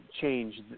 change